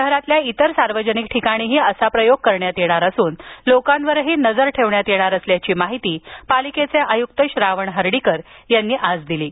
शहरातील इतर सार्वजनिक ठिकाणीही असा प्रयोग करण्यात येणार असून लोकांवरही नजर ठेवण्यात येणार असल्याची माहिती पालिकेचे आय्क्त श्रावण हर्डीकर यांनी दिली आहे